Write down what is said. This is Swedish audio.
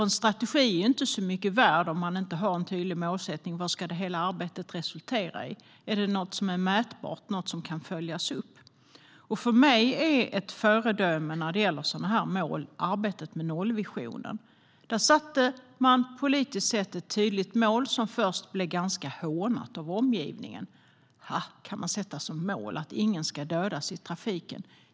En strategi är inte så mycket värd om man inte har en tydlig målsättning. Vad ska hela arbetet resultera i? Är det något som är mätbart och kan följas upp? För mig är ett föredöme för sådana mål arbetet med nollvisionen. Där satte man politiskt ett tydligt mål som först blev ganska hånat av omgivningen. Ha, kan man sätta som mål att ingen ska dödas i trafiken!